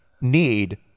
need